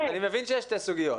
אני מבין שיש שתי סוגיות.